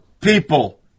people